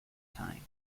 time